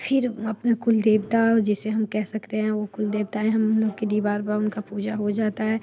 फिर अपने कुल देवता जिसे हम कह सकते हैं वो कुल देवता हैं हम लोग के डिहवार बाबा उनका पूजा हो जाता है